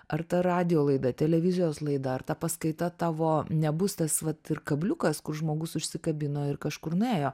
ar ta radijo laida televizijos laida ar ta paskaita tavo nebus tas vat kabliukas kur žmogus užsikabino ir kažkur nuėjo